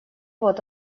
вот